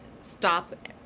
stop